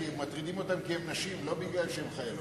כי מטרידים אותן מפני שהן נשים ולא מפני שהן חיילות.